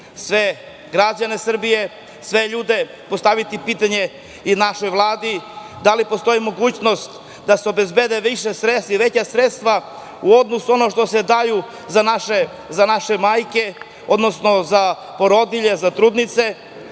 sve građane Srbije, sve ljude i postaviti pitanje našoj Vladi da li postoji mogućnost da se obezbede veća sredstva u odnosu na ono što se daju za naše majke, odnosno za porodilje, za trudnice,